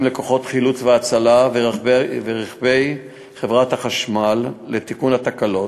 לכוחות חילוץ והצלה ורכבי חברת החשמל לתיקון התקלות,